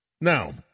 Now